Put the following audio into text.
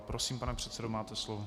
Prosím, pane předsedo, máte slovo.